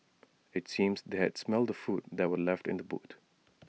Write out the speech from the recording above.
IT seemed that they had smelt the food that were left in the boot